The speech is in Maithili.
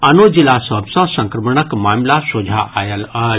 आनो जिला सभ सँ संक्रमणक मामिला सोझा आयल अछि